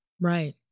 Right